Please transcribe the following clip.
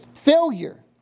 Failure